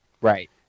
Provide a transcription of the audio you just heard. Right